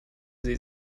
sie